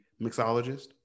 mixologist